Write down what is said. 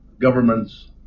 governments